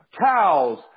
Cows